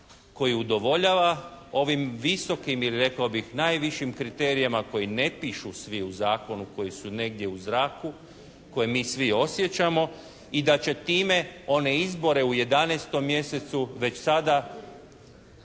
koji udovoljava ovim visokim i rekao bih najvišim kriterijima koji ne pišu svi u zakonu, koji su negdje u zraku, koje mi svi osjećamo. I da će time one izbore u 11. mjesecu već sada